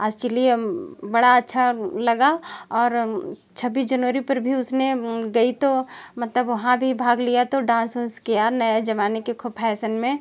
actually बड़ा अच्छा लगा और छब्बीस जनवरी पर भी उसने गई तो मतलब वहाँ भी भाग लिया तो डांस वांस किया नए जमाने के खूब फैशन में